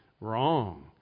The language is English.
Wrong